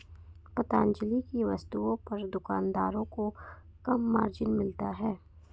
पतंजलि की वस्तुओं पर दुकानदारों को कम मार्जिन मिलता है